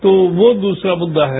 तो वो दूसरा मुद्दा है